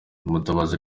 mbabazi